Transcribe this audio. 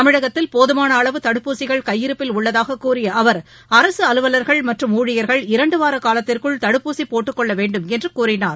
தமிழகத்தில் போதமான அளவு தடுப்பூசிகள் கையிருப்பில் உள்ளதாக கூறிய அவர் அரசு அலுவலர்கள் மற்றும் ஊழியர்கள் இரண்டு வாரக் காலத்திற்குள் தடுப்பூசி போட்டுக்கொள்ள வேண்டும் என்று கூறினார்